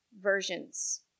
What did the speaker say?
versions